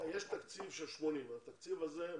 יש תקציב של 80 מיליון והתקציב הזה,